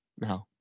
no